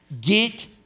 get